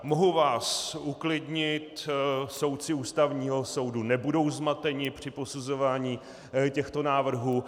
Mohu vás uklidnit, soudci Ústavního soudu nebudou zmateni při posuzování těchto návrhů.